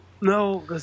No